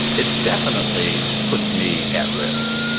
it definitely puts me at risk.